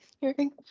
hearing